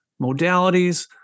modalities